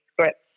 scripts